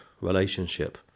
relationship